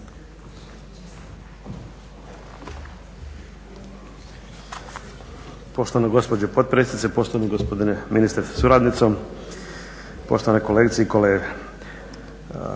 Poštovana gospođo potpredsjednice, poštovani gospodine ministre sa suradnicom, poštovane kolegice i kolege.